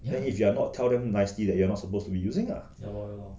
and if you are not tell them nicely that you are not supposed to be using ah why